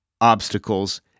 obstacles